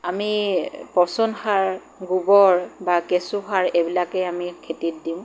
আমি পচন সাৰ গোবৰ বা কেঁচুসাৰ এইবিলাকে আমি খেতিত দিওঁ